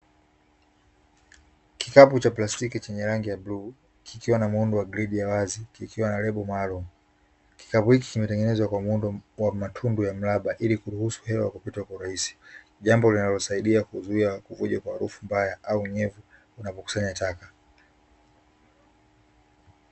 Kikapu cha plastiki chenye rangi ya bluu kikiwa na muundo wa gridi ya wazi kikiwa na lebo maalumu. Kikapu hiki kimetengenezwa kwa muundo wa matundu ya mraba ili kuruhusu hewa kupita kwa urahisi. Jambo linalosaidia kuzuia kuvuja kwa harufu mbaya au unyevu unapokusanya taka.